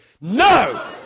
No